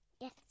Yes